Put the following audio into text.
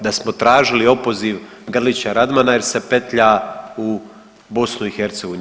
Da smo tražili opoziv Grlića Radmana jer se petlja u BiH.